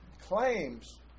claims